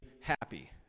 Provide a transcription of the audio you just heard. happy